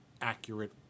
accurate